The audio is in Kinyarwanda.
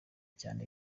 cyane